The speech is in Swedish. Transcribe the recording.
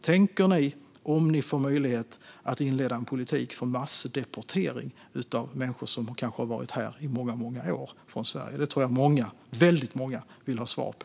Tänker ni, om ni får möjlighet, inleda en politik för massdeportering från Sverige av människor som kanske har varit här i många år? Detta tror jag att väldigt många vill ha svar på.